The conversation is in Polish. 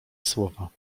słowa